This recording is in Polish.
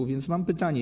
A więc mam pytanie.